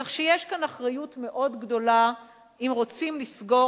כך שיש כאן אחריות מאוד גדולה אם רוצים לסגור